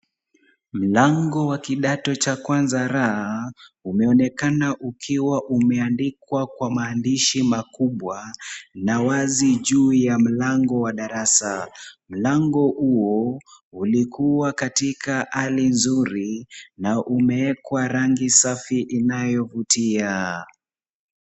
Mlango wa kidato cha kwanza R, umeonekana ukiwa umeandikwa kwa maandishi makubwa na wazi juu ya mlango wa darasa. Mlango huo ulikuwa katika hali nzuri na umewekwa rangi safi inayovutia.